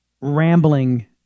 rambling